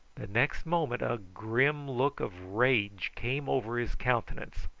the next moment a grim look of rage came over his countenance,